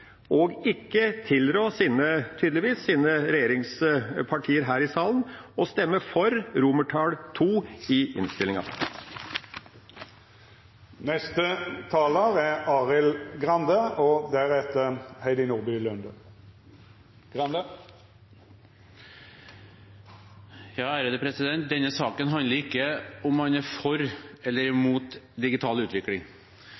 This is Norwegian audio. tydeligvis ikke å tilrå regjeringspartiene her i salen å stemme for II i innstillinga. Denne saken handler ikke om hvorvidt man er for eller